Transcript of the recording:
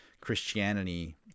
Christianity